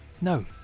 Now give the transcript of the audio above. No